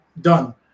done